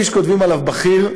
מי שכותבים עליו "בכיר",